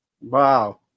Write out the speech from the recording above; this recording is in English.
wow